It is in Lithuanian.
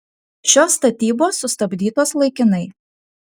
šios statybos sustabdytos laikinai